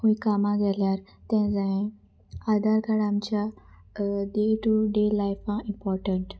खूंय कामां गेल्यार तें जाय आधार कार्ड आमच्या डे टू डे लायफां इम्पोर्टंट